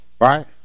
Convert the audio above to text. Right